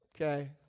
Okay